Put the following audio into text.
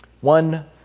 One